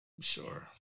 Sure